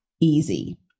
easy